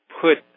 put